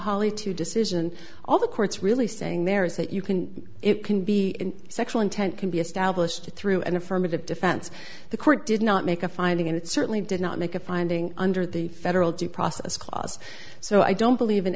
holy two decision all the courts really saying there is that you can it can be sexual intent can be established through an affirmative defense the court did not make a finding and it certainly did not make a finding under the federal due process clause so i don't believe in